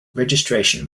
registration